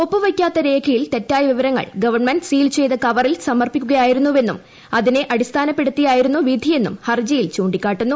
ഒപ്പുവയ്ക്കാത്ത രേഖയിൽ തെറ്റായ വിവരങ്ങൾ ഗവൺമെന്റ് സീൽ ചെയ്ത കവറിൽ സമർപ്പിക്കുകയായിരുന്നുവെന്നും അതിനെ അടിസ്ഥാനപ്പെടുത്തിയായിരുന്നു വിധിയെന്നും ഹർജിയിൽ ചൂണ്ടിക്കാട്ടുന്നു